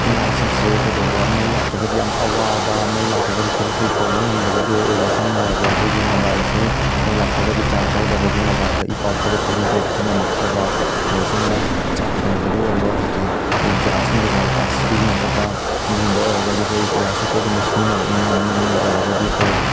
ꯈꯨꯟꯅꯥꯏꯁꯤꯡꯁꯦ ꯀꯩꯗꯧꯕ ꯃꯩ ꯂꯥꯛꯇ꯭ꯔꯒꯗꯤ ꯌꯥꯝꯅ ꯑꯋꯥꯕ ꯃꯩ ꯂꯥꯛꯇ꯭ꯔꯒꯗꯤ ꯊꯕꯛꯁꯦ ꯇꯧꯕ ꯉꯝꯗꯕ ꯏꯋꯣꯏ ꯑꯣꯏꯕ ꯁꯝꯅ ꯍꯥꯏꯔꯕꯗ ꯑꯩꯈꯣꯏꯒꯤ ꯃꯣꯕꯥꯏꯜꯁꯦ ꯃꯩ ꯂꯥꯛꯇ꯭ꯔꯒꯗꯤ ꯆꯥꯔꯖ ꯌꯥꯎꯗ꯭ꯔꯒꯗꯤ ꯃꯣꯕꯥꯏꯜꯗ ꯏ ꯄꯥꯎ ꯐꯥꯎꯗꯣꯛ ꯐꯥꯎꯖꯤꯟ ꯇꯧꯕꯁꯦ ꯉꯝꯃꯛꯇꯕ ꯑꯗꯒꯤ ꯁꯝꯅ ꯆꯥꯛ ꯊꯣꯡꯕꯗꯕꯨ ꯑꯣꯏꯔꯣ ꯍꯧꯖꯤꯛ ꯑꯩꯈꯣꯏ ꯒ꯭ꯌꯥꯁ ꯅꯨꯡ ꯀꯩꯀꯥꯗꯣ ꯄꯥꯛ ꯁꯤꯖꯤꯟꯅꯗꯕ ꯑꯗꯨꯒꯨꯝꯕ ꯑꯣꯏꯔꯒꯗꯤ ꯑꯩꯈꯣꯏ ꯔꯥꯏꯁ ꯀꯨꯀꯔꯒꯨꯝꯕ ꯁꯤꯖꯤꯟꯅꯕ ꯏꯃꯨꯡ ꯃꯅꯨꯡ ꯑꯣꯏꯔꯒꯗꯤ ꯑꯩꯈꯣꯏ